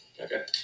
okay